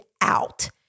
out